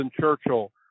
Churchill